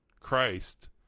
christ